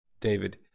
David